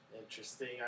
Interesting